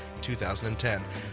2010